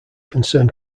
concern